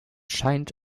scheint